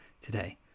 today